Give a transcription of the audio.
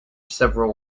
several